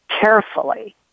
carefully